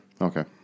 Okay